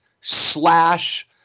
slash